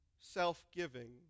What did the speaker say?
self-giving